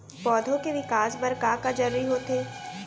पौधे के विकास बर का का जरूरी होथे?